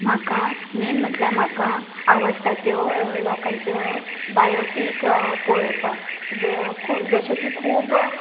म्हाका मेन म्हटल्यार म्हाका आवडटा त्यो लोकांच्यो बायोपीक पळोवपाक जश्यो की खूब